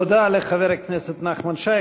תודה לחבר הכנסת נחמן שי.